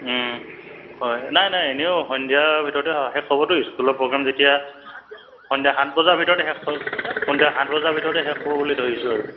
হয় নাই নাই এনেও সন্ধিয়াৰ ভিতৰতে শেষ হ'বতো স্কুলৰ প্ৰগ্ৰেম যেতিয়া সন্ধ্য়া সাত বজাৰ ভিতৰতে শেষ সন্ধিয়া সাত বজাৰ ভিতৰতে শেষ হ'ব বুলি ধৰিছোঁ আৰু